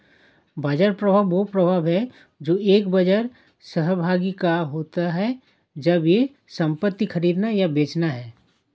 बाजार प्रभाव वह प्रभाव है जो एक बाजार सहभागी का होता है जब वह संपत्ति खरीदता या बेचता है